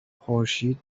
خورشید